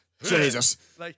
Jesus